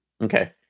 okay